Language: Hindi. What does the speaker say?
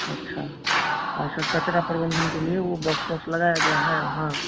अच्छा अच्छा कचरा प्रबंधन के लिए वो बॉक्स वॉक्स लगाया गया है वहाँ